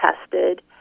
tested